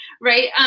Right